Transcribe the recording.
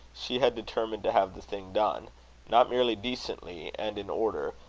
she had determined to have the thing done not merely decently and in order,